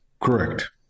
Correct